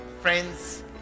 friends